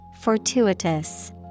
Fortuitous